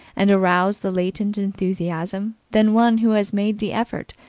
and arouse the latent enthusiasm, than one who has made the effort,